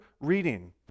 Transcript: reading